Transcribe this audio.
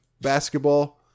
basketball